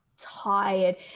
tired